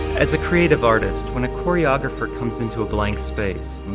as a creative artiest, when a choreographer comes into a blank space,